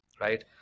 right